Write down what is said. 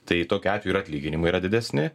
tai tokiu atveju ir atlyginimai yra didesni